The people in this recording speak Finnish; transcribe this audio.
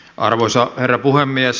arvoisa herra puhemies